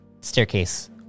staircase